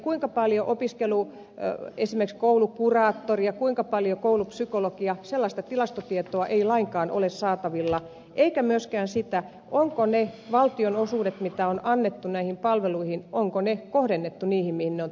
kuinka paljon opiskelun apuna on esimerkiksi koulukuraattoreja ja kuinka paljon koulupsykologeja sellaista tilastotietoa ei lainkaan ole saatavilla eikä myöskään sitä onko ne valtionosuudet mitä on annettu näihin palveluihin kohdennettu niihin asioihin mihin ne on tarkoitettu